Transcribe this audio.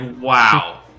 wow